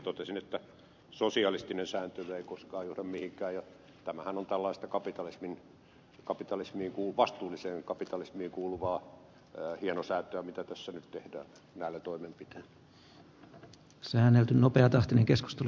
totesin että sosialistinen sääntely ei koskaan johda mihinkään ja tämähän on tällaista vastuulliseen kapitalismiin kuuluvaa hienosäätöä mitä tässä nyt tehdään tällä toimenpiteellä säänneltynopeatahtinenkeskustelu